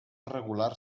regular